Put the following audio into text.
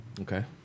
Okay